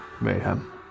Mayhem